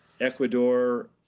Ecuador